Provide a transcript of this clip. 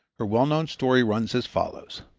her well known story runs as follows